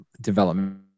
development